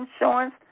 insurance